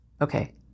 Okay